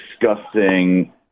disgusting